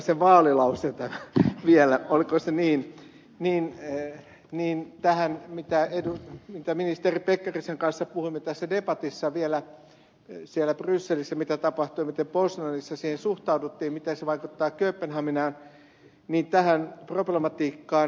hurskaisen vaalilause vielä oliko se niin mitä ministeri pekkarisen kanssa puhuimme tässä debatissa mitä siellä brysselissä tapahtui ja miten pozanissa siihen suhtauduttiin ja miten se vaikuttaa kööpenhaminaan tähän problematiikkaan